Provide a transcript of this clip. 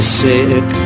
sick